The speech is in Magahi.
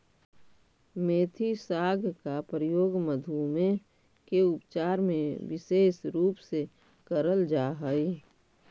मेथी साग का प्रयोग मधुमेह के उपचार में विशेष रूप से करल जा हई